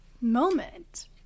moment